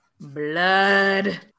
Blood